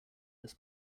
this